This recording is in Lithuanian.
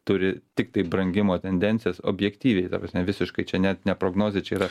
turi tiktai brangimo tendencijas objektyviai ta prasme visiškai čia net ne prognozė čia yra